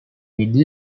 middle